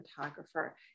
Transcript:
photographer